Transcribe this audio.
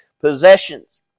possessions